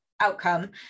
outcome